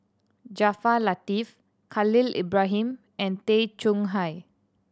Jaafar Latiff Khalil Ibrahim and Tay Chong Hai